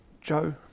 Joe